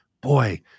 boy